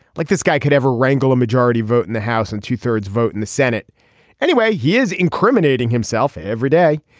like this guy could ever wrangle a majority vote in the house and two thirds vote in the senate anyway. he is incriminating himself every day.